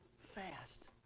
fast